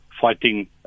fighting